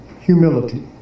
humility